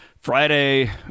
Friday